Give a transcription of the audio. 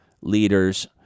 leaders